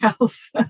else